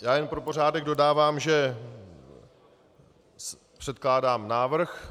Já jenom pro pořádek dodávám, že předkládám návrh.